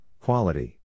quality